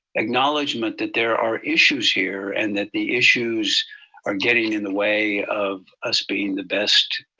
acknowledgement that there are issues here and that the issues are getting in the way of us being the best